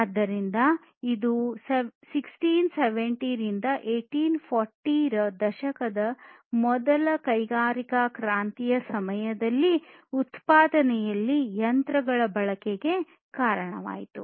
ಆದ್ದರಿಂದ ಇದು 1760 ರಿಂದ 1840 ರ ದಶಕದ ಮೊದಲ ಕೈಗಾರಿಕಾ ಕ್ರಾಂತಿಯ ಸಮಯದಲ್ಲಿ ಉತ್ಪಾದನೆಯಲ್ಲಿ ಯಂತ್ರಗಳ ಬಳಕೆಗೆ ಕಾರಣವಾಯಿತು